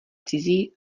cizí